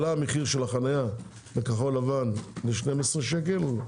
עלה מחיר החניה בכחול לבן ל-12 שקל,